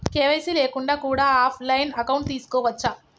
KYC లేకుండా కూడా offline account తీసుకోవచ్చా?